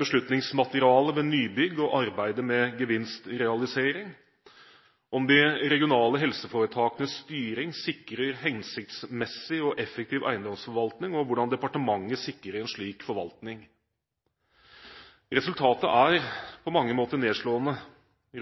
beslutningsmaterialet ved nybygg og arbeidet med gevinstrealisering om de regionale helseforetakenes styring sikrer hensiktsmessig og effektiv eiendomsforvaltning, og hvordan departementet sikrer en slik forvaltning Resultatet er på mange måter nedslående.